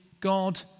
God